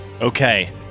Okay